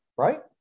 right